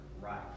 right